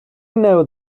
know